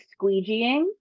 squeegeeing